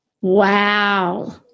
Wow